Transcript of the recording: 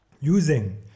using